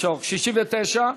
69?